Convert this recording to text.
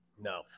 No